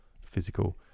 physical